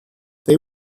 they